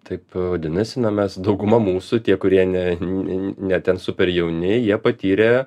taip vadinasi na mes dauguma mūsų tie kurie ne ne ten super jauni jie patyrė